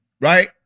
right